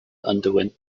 underwent